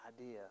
idea